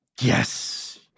Yes